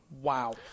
Wow